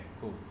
cool